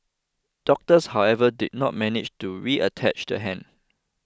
doctors however did not manage to reattach the hand